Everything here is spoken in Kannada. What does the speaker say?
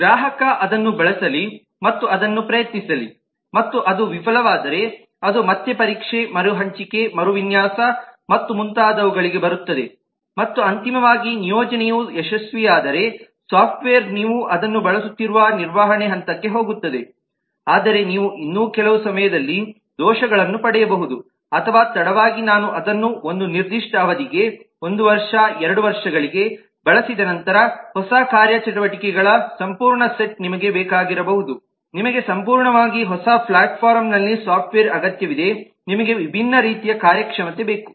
ಗ್ರಾಹಕರು ಅದನ್ನು ಬಳಸಲಿ ಮತ್ತು ಅದನ್ನು ಪ್ರಯತ್ನಿಸಲಿ ಮತ್ತು ಅದು ವಿಫಲವಾದರೆ ಅದು ಮತ್ತೆ ಪರೀಕ್ಷೆ ಮರುಹಂಚಿಕೆ ಮರುವಿನ್ಯಾಸ ಮತ್ತು ಮುಂತಾದವುಗಳಿಗೆ ಬರುತ್ತದೆ ಮತ್ತು ಅಂತಿಮವಾಗಿ ನಿಯೋಜನೆಯು ಯಶಸ್ವಿಯಾದರೆ ಸಾಫ್ಟ್ವೇರ್ ನೀವು ಅದನ್ನು ಬಳಸುತ್ತಿರುವ ನಿರ್ವಹಣೆ ಹಂತಕ್ಕೆ ಹೋಗುತ್ತದೆ ಆದರೆ ನೀವು ಇನ್ನೂ ಕೆಲವು ಸಮಯದಲ್ಲಿ ದೋಷಗಳನ್ನು ಪಡೆಯಬಹುದು ಅಥವಾ ತಡವಾಗಿ ನಾನು ಅದನ್ನು ಒಂದು ನಿರ್ದಿಷ್ಟ ಅವಧಿಗೆ 1 ವರ್ಷ 2 ವರ್ಷಗಳಿಗೆ ಬಳಸಿದ ನಂತರ ಹೊಸ ಕಾರ್ಯಚಟುವಟಿಕೆಗಳ ಸಂಪೂರ್ಣ ಸೆಟ್ ನಿಮಗೆ ಬೇಕಾಗಿರಬಹುದು ನಿಮಗೆ ಸಂಪೂರ್ಣವಾಗಿ ಹೊಸ ಪ್ಲಾಟ್ಫಾರ್ಮ್ನಲ್ಲಿ ಸಾಫ್ಟ್ವೇರ್ ಅಗತ್ಯವಿದೆ ನಿಮಗೆ ವಿಭಿನ್ನ ರೀತಿಯ ಕಾರ್ಯಕ್ಷಮತೆ ಬೇಕು